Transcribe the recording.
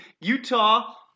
Utah